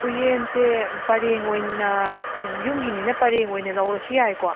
ꯎꯌꯦꯟꯁꯦ ꯄꯔꯦꯡ ꯑꯣꯏꯅ ꯌꯨꯝꯒꯤꯅꯤꯅ ꯄꯔꯦꯡ ꯑꯣꯏꯅ ꯂꯧꯔꯁꯨ ꯌꯥꯏꯀꯣ